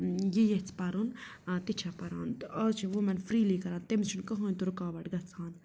یہِ ییٚژھِ پَرُن تہِ چھےٚ پَران تہٕ اَز چھِ ووٗمٮ۪ن فِرٛیٖلی کَران تٔمِس چھُنہٕ کٕہٕنۍ تہٕ رُکاوَٹ گژھان